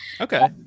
okay